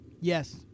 Yes